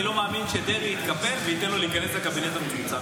אני לא מאמין שדרעי יתקפל וייתן לו להיכנס לקבינט המצומצם.